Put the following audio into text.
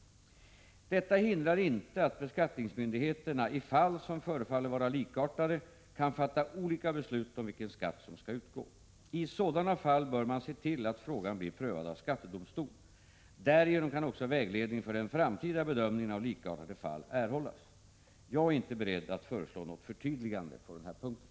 Detta hindrar inte att beskattningsmyndigheterna, i fall som förefaller vara likartade, kan fatta olika beslut om vilken skatt som skall utgå. I sådana fall bör man se till att frågan blir prövad av skattedomstol. Därigenom kan också vägledning för den framtida bedömningen av likartade fall erhållas. Jag är inte beredd att föreslå något förtydligande på denna punkt.